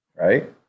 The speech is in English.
right